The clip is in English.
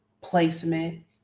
placement